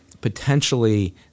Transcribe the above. potentially